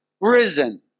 risen